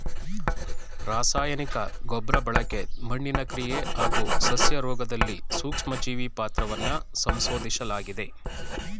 ರಾಸಾಯನಿಕ ಗೊಬ್ರಬಳಕೆ ಮಣ್ಣಿನ ಕ್ರಿಯೆ ಹಾಗೂ ಸಸ್ಯರೋಗ್ದಲ್ಲಿ ಸೂಕ್ಷ್ಮಜೀವಿ ಪಾತ್ರವನ್ನ ಸಂಶೋದಿಸ್ಲಾಗಿದೆ